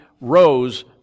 rose